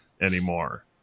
anymore